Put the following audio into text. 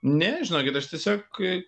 ne žinokit aš tiesiog